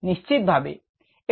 নিশ্চিত ভাবে